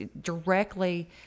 directly